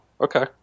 okay